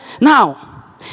Now